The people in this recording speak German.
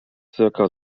zirka